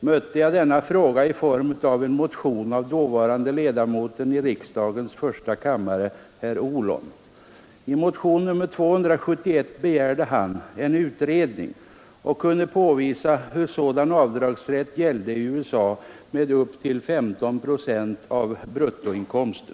mötte jag denna fråga i form av en motion av dåvarande ledamoten av riksdagens första kammare, herr Ohlon. I motionen 271 begärde han en utredning och kunde påvisa, hur sådan avdragsrätt gällde i USA med upp till 15 procent av bruttoinkomsten.